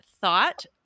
thought